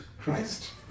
Christ